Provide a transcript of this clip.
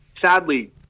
sadly